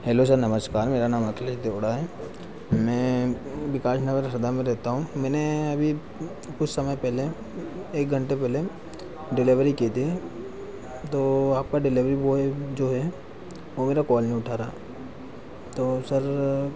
hello sir नमस्कार मेरा नाम अखिलेश देवड़ा है मैं विकास नगर सदर में रहता हूँ मैंने अभी कुछ समय पहले एक घंटे पहले डिलेवरी की थी तो आपका डिलेवरी बॉय जो है वह मेरा कॉल नहीं उठा रहा तो सर